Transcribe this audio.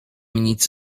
nic